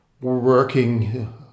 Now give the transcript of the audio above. working